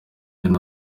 njye